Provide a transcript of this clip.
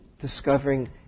discovering